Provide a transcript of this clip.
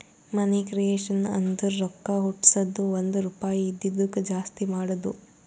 ಮನಿ creation ಅಂದುರ್ ರೊಕ್ಕಾ ಹುಟ್ಟುಸದ್ದು ಒಂದ್ ರುಪಾಯಿ ಇದಿದ್ದುಕ್ ಜಾಸ್ತಿ ಮಾಡದು